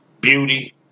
beauty